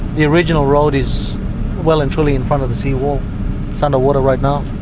the original road is well and truly in front of the seawall. it's under water right now.